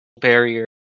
barrier